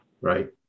right